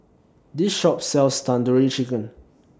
This Shop sells Tandoori Chicken